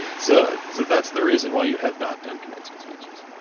and so so that's the reason why you have not done commencement speeches?